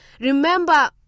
Remember